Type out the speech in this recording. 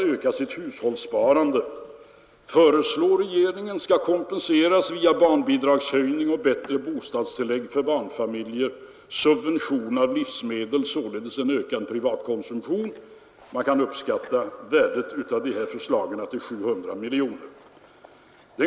öka sitt hushållssparande föreslår regeringen skall kompenseras via barnbidragshöjningen och bättre bostadstillägg för barnfamiljer samt subvention av livsmedel — alltså en ökad privat konsumtion. Man kan uppskatta värdet av dessa förslag till 700 miljoner kronor.